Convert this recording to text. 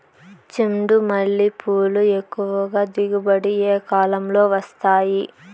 చెండుమల్లి పూలు ఎక్కువగా దిగుబడి ఏ కాలంలో వస్తాయి